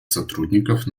сотрудников